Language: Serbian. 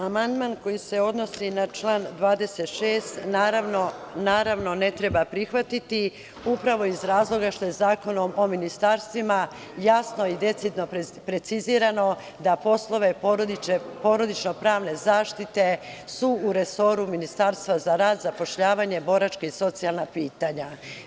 Amandman koji se odnosi na član 26. naravno ne treba prihvatiti upravo iz razloga što je Zakonom o ministarstvima jasno i decidno precizirano da poslovi porodično pravne zaštite su u resoru Ministarstva za rad, zapošljavanje, boračka i socijalna pitanja.